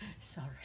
sorry